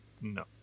no